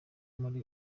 muri